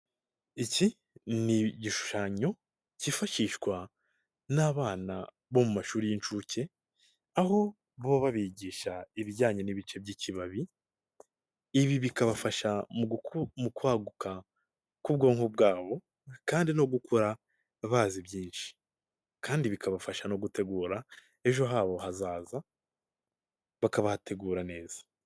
Iki ni igishushanyo cyifashishwa n'abana bo mu mashuri y'incuke aho baba babigisha ibijyanye n'ibice by'ikibabi, ibi bikabafasha mu kwaguka kw'ubwonko bwabo kandi no gukura bazi byinshi kandi bikabafasha no gutegura ejo habo hazaza bakabategura neza.